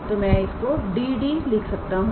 तो मैं इसको DD लिख सकता हूं